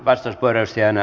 väistö korosti ennen